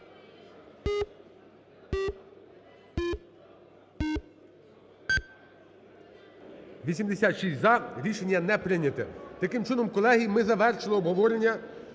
За-86 Рішення не прийняте. Таким чином, колеги, ми завершили обговорення